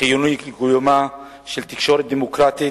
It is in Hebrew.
חיוני לקיומה של תקשורת דמוקרטית,